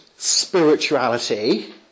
Spirituality